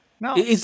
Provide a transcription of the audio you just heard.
No